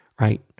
right